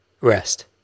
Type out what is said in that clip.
rest